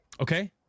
Okay